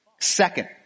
Second